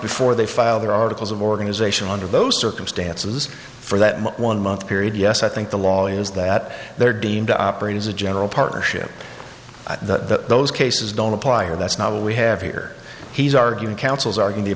before they file their articles of organization under those circumstances for that one month period yes i think the law is that they're deemed to operate as a general partnership that those cases don't apply or that's not what we have here he's arguing councils ar